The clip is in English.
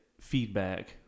feedback